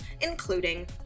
including